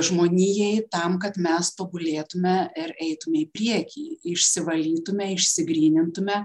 žmonijai tam kad mes tobulėtume ir eitume į priekį išsivalytume išsigrynintume